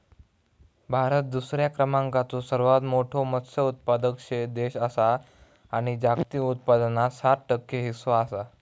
भारत दुसऱ्या क्रमांकाचो सर्वात मोठो मत्स्य उत्पादक देश आसा आणि जागतिक उत्पादनात सात टक्के हीस्सो आसा